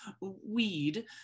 weed